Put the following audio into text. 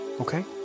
Okay